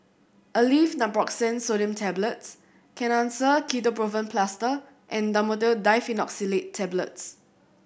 Aleve Naproxen Sodium Tablets Kenhancer Ketoprofen Plaster and Dhamotil Diphenoxylate Tablets